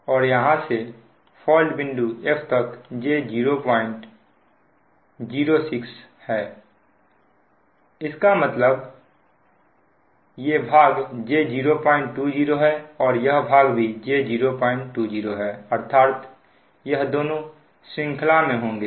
और यहां से फॉल्ट बिंदु F तक j006 होगा इसलिए इसका मतलब ये भाग j020 है और यह भाग भी j020 है अर्थात यह दोनों श्रृंखला में होंगे